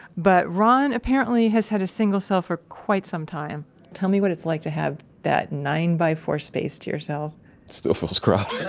but, ron apparently has had a single cell for quite some time tell me what it's like to have that nine by four space to yourself still feels crowded.